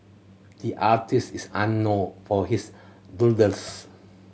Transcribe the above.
the artist is unknown for his doodles